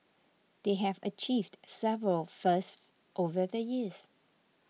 they have achieved several firsts over the years